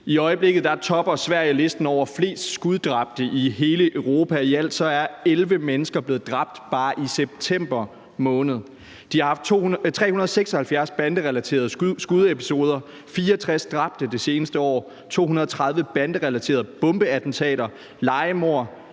I øjeblikket topper Sverige listen over flest dræbte i hele Europa. I alt er 11 mennesker blevet dræbt bare i september måned. De har haft 376 banderelaterede skudepisoder og 64 dræbte det seneste år, 230 banderelaterede bombeattentater, lejemord,